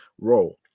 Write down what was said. role